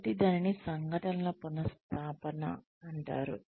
కాబట్టి దానిని సంఘటనల పునఃస్థాపన అంటారు